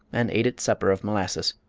and ate its supper of molasses.